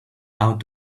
out